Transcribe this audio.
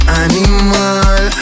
animal